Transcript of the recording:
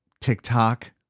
TikTok